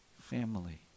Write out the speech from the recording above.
Family